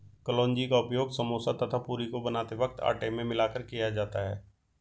कलौंजी का उपयोग समोसा तथा पूरी को बनाते वक्त आटे में मिलाकर किया जाता है